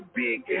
big